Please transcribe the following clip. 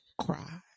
cry